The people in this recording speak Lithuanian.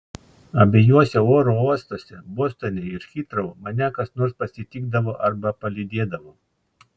abiejuose oro uostuose bostone ir hitrou mane kas nors pasitikdavo arba palydėdavo